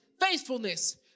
faithfulness